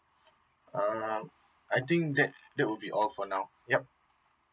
um I think that that would be all for now yup